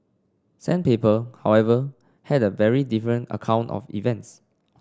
sandpiper however had a very different account of events